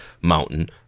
mountain